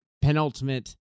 penultimate